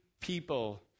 people